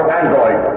android